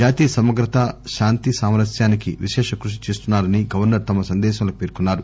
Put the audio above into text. జాతీయ సమగ్రత శాంతి సామరస్యానికి విశేష కృషి చేస్తున్నారని గవర్సర్ తమ సందేశంలో పేర్కొన్నారు